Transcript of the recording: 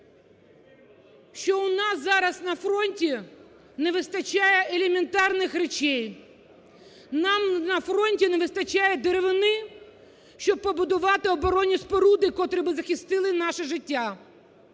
що у нас зараз на фронті не вистачає елементарних речей. Нам на фронті не вистачає деревини, щоб побудувати оборонні споруди, котрі би захистили наше життя.